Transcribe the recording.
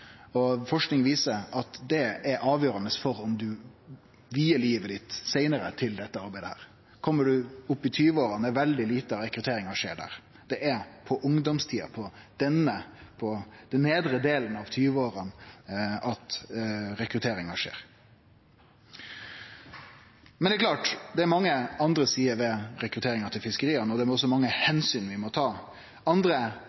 Forsking viser at det er avgjerande for om du seinare vier livet til dette arbeidet. Kjem du opp i 20-åra, skjer veldig lite av rekrutteringa der. Det er i ungdomstida, på den nedre delen av 20-åra, at rekrutteringa skjer. Men det er klart det er mange andre sider ved rekrutteringa til fiskeria, og det er også mange omsyn vi må ta. Andre